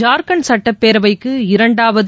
ஜார்க்கண்ட் சுட்டப்பேரவைக்கு இரண்டாவது